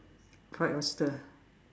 fried oyster